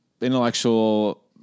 intellectual